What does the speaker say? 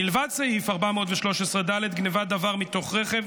מלבד סעיף 413(ד) (גנבת דבר מתוך רכב),